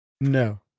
no